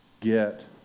Get